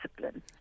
discipline